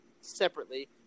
separately